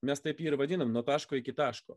mes taip jį ir vadinam nuo taško iki taško